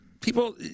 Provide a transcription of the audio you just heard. people